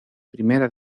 primera